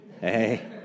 Hey